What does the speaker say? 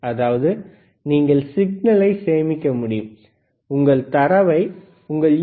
அதாவது நீங்கள் சிக்னலைச் சேமிக்க முடியும் உங்கள் தரவை உங்கள் யூ